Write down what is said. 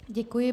Děkuji.